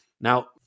Now